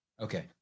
okay